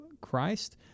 Christ